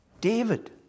David